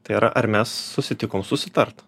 tai yra ar mes susitikom susitart